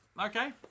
Okay